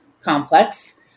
complex